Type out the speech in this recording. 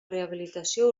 rehabilitació